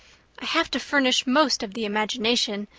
have to furnish most of the imagination,